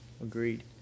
Agreed